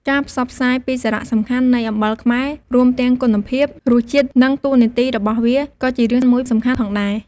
ការផ្សព្វផ្សាយពីសារៈសំខាន់នៃអំបិលខ្មែរ រួមទាំងគុណភាព រសជាតិ និងតួនាទីរបស់វាក៏ជារឿងមួយសំខាន់ផងដែរ។